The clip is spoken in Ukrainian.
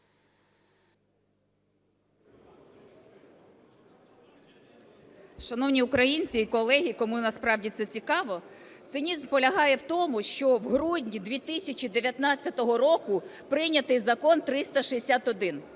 Шановні українці і колеги, кому насправді це цікаво, цинізм полягає в тому, що в грудні 2019 року прийнятий Закон 361.